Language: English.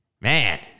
Man